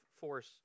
force